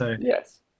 Yes